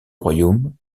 royaume